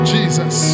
Jesus